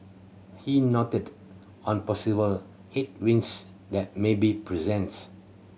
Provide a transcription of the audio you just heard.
he noted on possible headwinds that may be presents